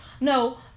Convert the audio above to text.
No